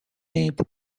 named